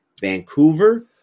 Vancouver